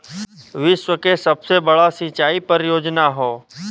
विश्व के सबसे बड़ा सिंचाई परियोजना हौ